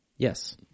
Yes